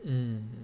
mm